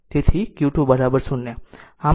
તેથી તેથી q 2 0